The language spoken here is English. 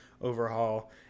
overhaul